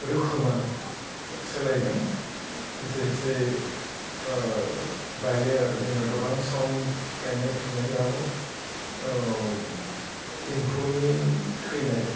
रोखोमा सोलायगोन एसे एसे ओह दायो जोङो गोबां सम गायनाय फुनायाव औ इम्फुनि थैनाय